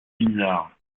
bizarre